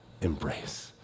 embrace